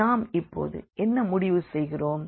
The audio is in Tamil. நாம் இப்போது என்ன முடிவு செய்கிறோம்